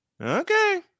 Okay